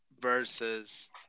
versus